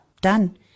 done